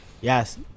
yes